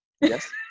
Yes